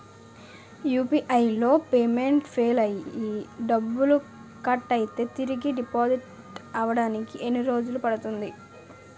UPI లో payment fail అయ్యి డబ్బులు కట్ అయితే తిరిగి డిపాజిట్ అవ్వడానికి ఎన్ని రోజులు పడుతుంది?